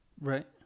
Right